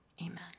Amen